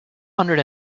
hundred